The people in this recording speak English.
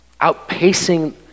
outpacing